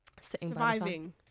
Surviving